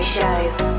show